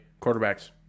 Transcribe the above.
quarterbacks